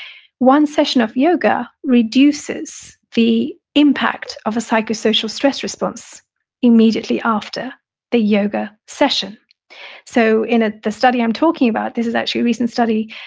one session of yoga reduces the impact of a psychosocial stress response immediately after the yoga session so, in ah the study i'm talking about, this is actually a recent study,